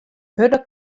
hurde